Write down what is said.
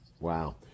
Wow